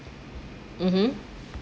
mmhmm